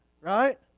Right